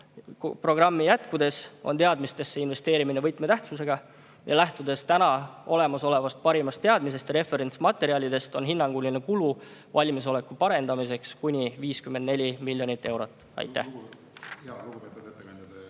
programmi jätkudes on teadmistesse investeerimine võtmetähtsusega. Lähtudes olemasolevast parimast teadmisest ja referentsmaterjalidest, on hinnanguline kulu valmisoleku parendamisele kuni 54 miljonit eurot. Aitäh!